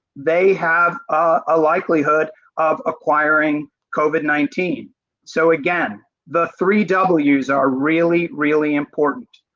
they have a likelihood of acquiring covid nineteen so again, the three w's are really, really important.